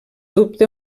dubte